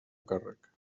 càrrec